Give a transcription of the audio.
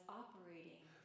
operating